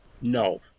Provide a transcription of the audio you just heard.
No